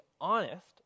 honest